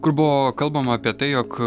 kur buvo kalbama apie tai jog